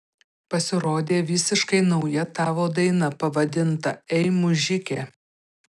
pasirodė visiškai nauja tavo daina pavadinta ei mužike